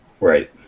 Right